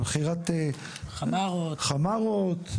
למכירת חמארות,